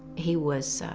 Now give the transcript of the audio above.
he was